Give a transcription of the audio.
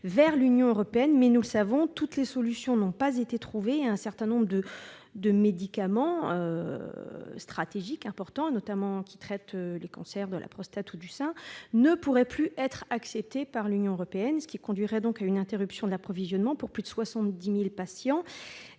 vers l'Union européenne. Cependant, nous le savons, toutes les solutions nécessaires n'ont pas été trouvées, et un certain nombre de médicaments d'importance stratégique, destinés notamment au traitement des cancers de la prostate ou du sein, pourraient ne plus être acceptés par l'Union européenne, ce qui conduirait à une interruption de l'approvisionnement pour plus de 70 000 patients,